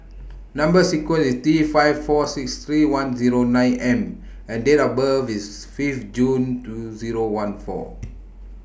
Number sequence IS T five four six three one Zero nine M and Date of birth IS Fifth June two Zero one four